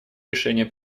решение